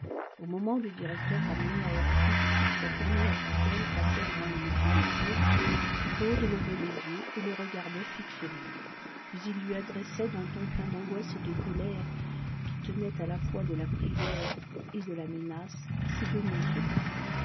au moment où le directeur ramené à heure fixe par sa tournée habituelle passait devant le métier de claude claude levait les yeux et le regardait fixement puis il lui adressait d'un ton plein d'angoisse et de colère qui tenait à la fois de la prière et de la menace ces deux mots seulement